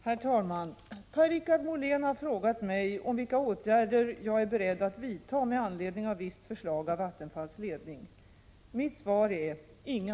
Herr talman! Per-Richard Molén har frågat mig om vilka åtgärder jag är beredd att vidta med anledning av visst förslag av Vattenfalls ledning. Mitt svar är: Inga!